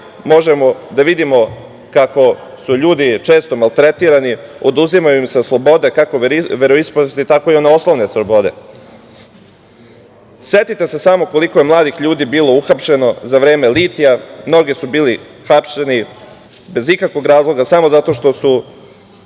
možemo da vidimo kako su ljudi često maltretirani, oduzima im se sloboda, kako veroispovest, tako i one osnovne slobode. Setite se samo koliko je mladih ljudi bilo uhapšeno za vreme litija. Mnogi su bili hapšeni bez ikakvog razloga samo zato što su